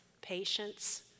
Patience